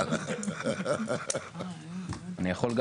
אוקיי,